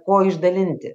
ko išdalinti